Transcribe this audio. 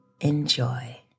enjoy